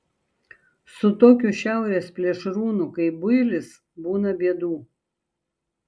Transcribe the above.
su tokiu šiaurės plėšrūnu kaip builis būna bėdų